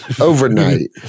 Overnight